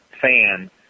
fan